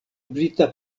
brita